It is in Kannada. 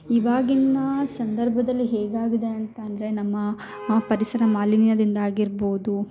ಈವಾಗಿನ ಸಂದರ್ಭದಲ್ಲಿ ಹೇಗಾಗಿದೆ ಅಂತ ಅಂದರೆ ನಮ್ಮ ಆ ಪರಿಸರ ಮಾಲಿನ್ಯದಿಂದ ಆಗಿರ್ಬೋದು